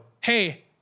hey